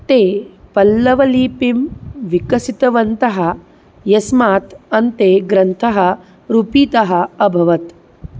ते पल्लवलिपिं विकसितवन्तः यस्मात् अन्ते ग्रन्थः रूपितः अभवत्